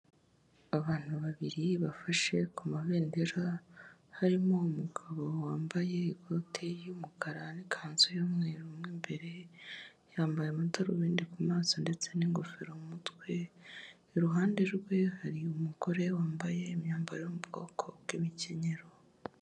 Abantu babiri bafashe ku mabendera, harimo umugabo wambaye ikoti y'umukara n'ikanzu y'umweru mo imbere, yambaye amadarubindi ku maso ndetse n'ingofero mu mutwe. Iruhande rwe hari umugore wambaye imyambaro yo mu bwoko bw'imikenyero.